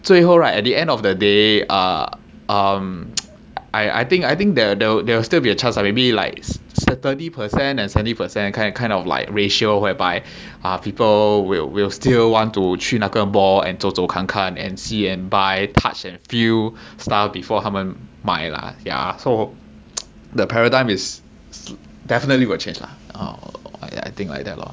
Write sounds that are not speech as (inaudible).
最后 right at the end of the day err um (noise) I I think I think there there there will still be a chance lah like maybe thirty percent and seventy percent and kind of kind of like ratio whereby ah people will will still want to 去那个 mall and 走走看看 and see and buy touch and feel stuff before 他们买 lah ya so (noise) the paradigm is definitely will change lah uh ya I think like that lor